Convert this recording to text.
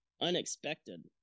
unexpected